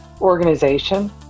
organization